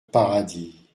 paradis